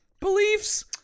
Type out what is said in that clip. beliefs